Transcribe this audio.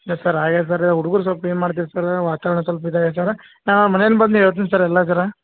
S sir ಆಗೈತೆ sir ಹುಡುಗರು ಸ್ವಲ್ಪ್ ಏನು ಮಾಡ್ತೀರಿ ಸರ್ ವಾತಾವರಣ ಸ್ವಲ್ಪ್ ಇದಾಗೈತೆ ಸರ್ ಹಾಂ ಮನೇಲಿ ಬಂದು ಹೇಳ್ತೀನಿ ಸರ್ ಎಲ್ಲ ಜರ